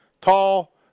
tall